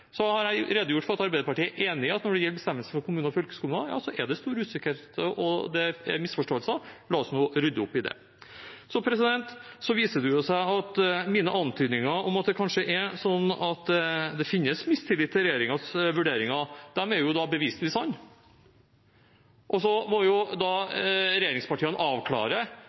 har redegjort for at Arbeiderpartiet er enig i at når det gjelder bestemmelser for kommuner og fylkeskommuner, er det stor usikkerhet og misforståelser. La oss nå rydde opp i det. Det viser seg at mine antydninger om at det kanskje finnes mistillit til regjeringens vurderinger, er beviselig sanne. Regjeringspartiene må jo avklare hva man mener. Statsråden sier at dette er